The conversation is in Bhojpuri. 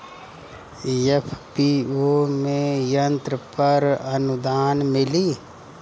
एफ.पी.ओ में यंत्र पर आनुदान मिँली?